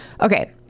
Okay